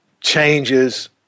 changes